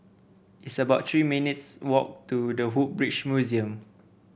it's about Three minutes' walk to The Woodbridge Museum